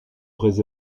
vraies